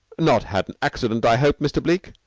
not had an accident, i hope, mr. bleke?